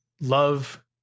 love